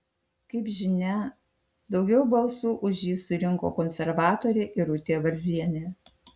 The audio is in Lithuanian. kaip žinia daugiau balsų už jį surinko konservatorė irutė varzienė